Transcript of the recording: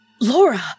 laura